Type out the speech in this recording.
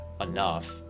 enough